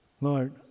Lord